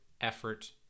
effort